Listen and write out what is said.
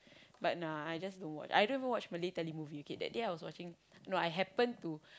but nah I just don't watch I don't even watch Malay telemovie okay that day I was watching no I happen to